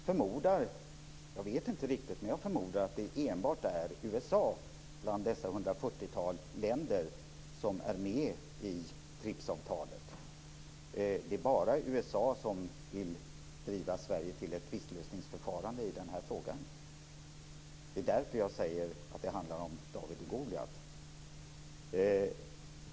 Fru talman! Jag vet inte riktigt, men jag förmodar att det enbart är USA bland dessa 140-tal länder som är med i TRIPS-avtalet som vill driva Sverige till ett tvistlösningsförfarande i den här frågan. Det är därför jag säger att det handlar om David och Goliat.